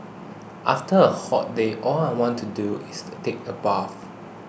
after a hot day all I want to do is take a bath